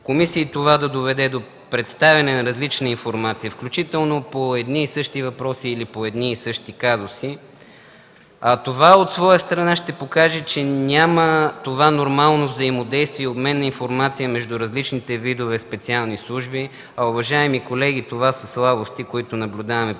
комисии и това да доведе до представяне на различна информация, включително по едни и същи въпроси или по едни и същи казуси, а това от своя страна ще покаже, че няма това нормално взаимодействие и обмен на информация между различните видове специални служби, а, уважаеми колеги, това са слабости, които наблюдаваме през всичките